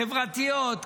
חברתיות,